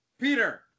Peter